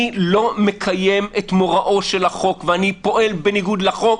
אני לא מקיים את מוראו של החוק ואני פועל בניגוד לחוק,